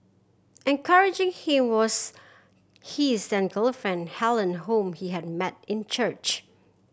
encouraging him was he is then girlfriend Helen whom he had met in church